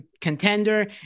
contender